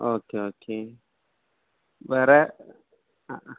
okay okay വേറെ ആ ആ